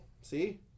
see